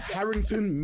Harrington